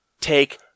take